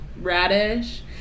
radish